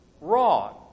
wrong